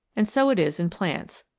and so it is in plants.